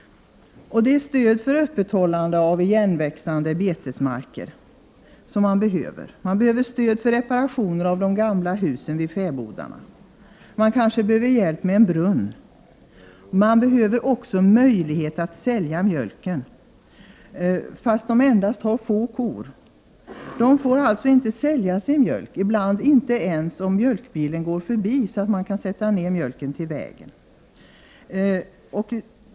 Det behövs stöd för att hålla igenväxande betesmarker öppna och stöd till Prot. 1988/89:20 reparationer av de gamla husen vid fäbodarna. Det kanske behövs hjälp till 9 november 1988 en brunn. Fäbodbrukarna behöver också möjlighet att sälja den mjölk de producerar, eftersom de har endast få kor. De får alltså inte sälja sin mjölk — ibland inte ens om en mjölkbil går förbi och de kan lämna sin mjölk vid vägkanten.